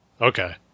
Okay